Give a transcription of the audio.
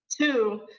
Two